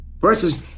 Versus